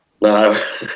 No